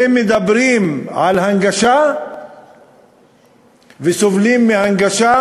ואם מדברים על הנגשה וסובלים מהנגשה,